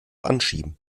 anschieben